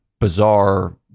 bizarre